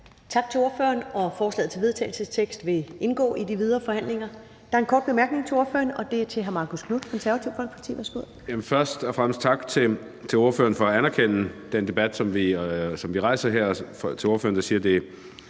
Tak til ordføreren. Forslaget til vedtagelse vil indgå i de videre forhandlinger Der er en kort bemærkning til ordføreren, og den er fra hr. Marcus Knuth, Det Konservative Folkeparti. Værsgo. Kl. 15:42 Marcus Knuth (KF): Først og fremmest tak til ordføreren for at anerkende den debat, som vi rejser her, og for at sige, at det er